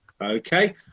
Okay